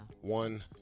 One